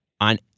on